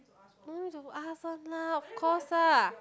don't need to ask one lah of course ah